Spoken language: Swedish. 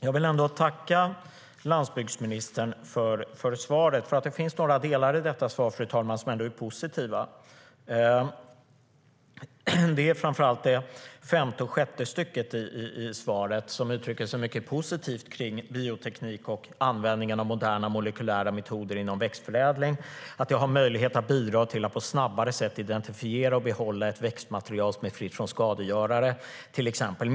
Jag vill ändå tacka landsbygdsministern för svaret. Det finns några delar i det som är positiva, fru talman. Det gäller framför allt det femte och sjätte stycket, där man uttrycker sig mycket positivt om bioteknik och användningen av moderna molekylära metoder inom växtförädling. Man säger att detta har möjlighet att bidra till att man på snabbare sätt kan identifiera och behålla ett växtmaterial som är fritt från skadegörare, till exempel.